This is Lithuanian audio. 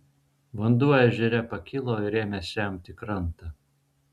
vanduo ežere pakilo ir ėmė semti krantą